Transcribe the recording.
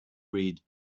read